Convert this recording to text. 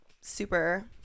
super